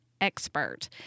expert